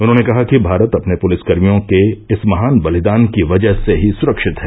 उन्होंने कहा कि भारत अपने पुलिसकर्मियों के इस महान बलिदान की वजह से ही सुरक्षित है